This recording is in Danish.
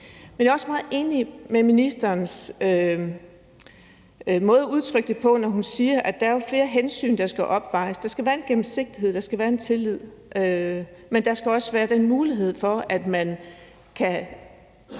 jeg er også meget enig med ministerens måde at udtrykke det på, når hun siger, at der jo er flere hensyn, der skal afvejes. Der skal være en gennemsigtighed, og der skal være en tillid, men der skal også være den mulighed for, at man kan